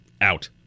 out